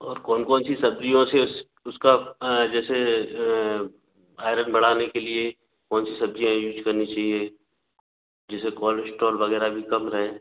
और कौन कौन सी सब्ज़ियों से उसका जैसे आयरन बढ़ाने के लिए कौन सी सब्ज़ियाँ यूज करनी चाहिए जिससे कोलेश्ट्रोल वग़ैरह भी कम रहे